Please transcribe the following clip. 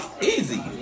Easy